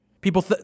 people